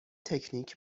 تکنیک